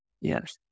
Yes